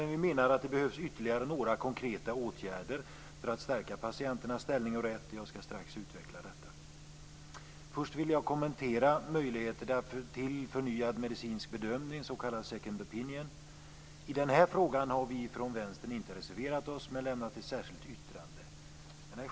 Men vi menar att det behövs ytterligare några konkreta åtgärder för att stärka patienternas ställning och rätt. Jag skall strax utveckla detta. Först vill jag kommentera möjligheterna till förnyad medicinsk bedömning, second opinion. I den frågan har vi från Vänstern inte reserverat oss men lämnat ett särskilt yttrande.